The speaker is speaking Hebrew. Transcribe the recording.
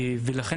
עכשיו,